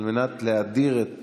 על מנת להאדיר את